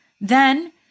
then-